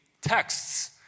texts